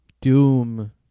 Doom